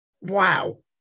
wow